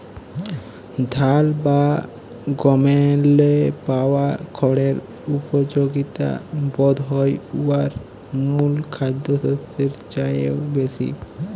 ধাল বা গমেল্লে পাওয়া খড়ের উপযগিতা বধহয় উয়ার মূল খাদ্যশস্যের চাঁয়েও বেশি